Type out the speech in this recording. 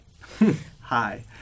Hi